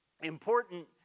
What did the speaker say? important